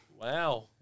Wow